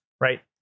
right